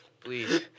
Please